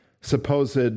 supposed